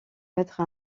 être